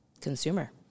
consumer